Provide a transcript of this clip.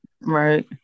Right